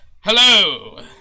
Hello